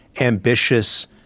ambitious